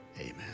amen